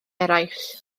eraill